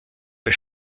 bei